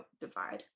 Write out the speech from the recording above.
divide